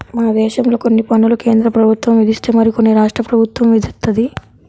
మనదేశంలో కొన్ని పన్నులు కేంద్రప్రభుత్వం విధిస్తే మరికొన్ని రాష్ట్ర ప్రభుత్వం విధిత్తది